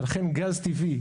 לכן גז טבעי,